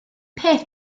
peth